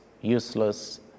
useless